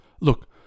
look